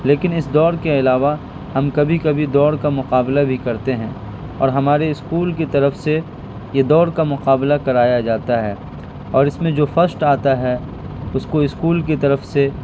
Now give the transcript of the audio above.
لیکن اس دوڑ کے علاوہ ہم کبھی کبھی دوڑ کا مقابلہ بھی کرتے ہیں اور ہمارے اسکول کی طرف سے یہ دوڑ کا مقابلہ کرایا جاتا ہے اور اس میں جو فشٹ آتا ہے اس کو اسکول کی طرف سے